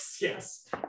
yes